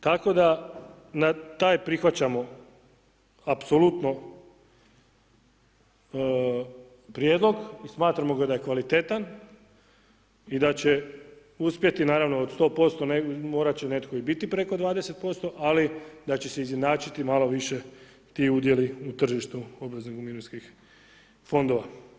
Tako da na taj prihvaćamo apsolutno prijedlog, smatramo ga da je kvalitetan i da će uspjeti naravno od 100% morati će netko i biti preko 20% ali da će se izjednačiti malo više ti udjeli u tržištu obveznih mirovinskih fondova.